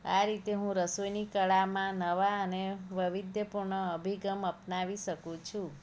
આ રીતે હું રસોઈની કળામાં નવા અને વૈવિધ્યપૂર્ણ અભિગમ અપનાવી શકું છું